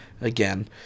again